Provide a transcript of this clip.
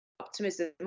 optimism